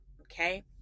okay